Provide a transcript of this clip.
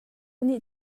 nih